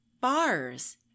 Bars